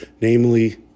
namely